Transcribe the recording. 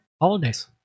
holidays